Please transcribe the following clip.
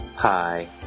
Hi